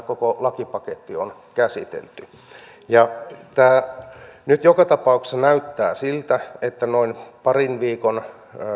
koko lakipaketti on käsitelty tämä nyt joka tapauksessa näyttää siltä että noin parin viikon